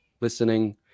listening